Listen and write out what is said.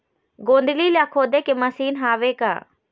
गोंदली ला खोदे के मशीन हावे का?